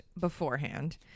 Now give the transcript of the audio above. beforehand